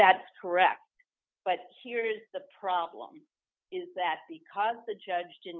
that's correct but here's the problem is that because the judge